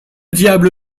diable